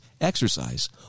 exercise